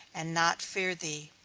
and not fear thee.